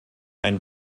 ein